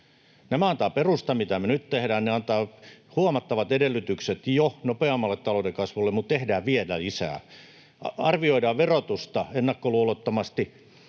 antavat perustan. Ne antavat huomattavat edellytykset jo nopeammalle talouden kasvulle, mutta tehdään vielä lisää. Arvioidaan verotusta ennakkoluulottomasti,